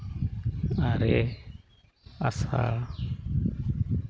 ᱟᱨᱮ ᱟᱥᱟᱲ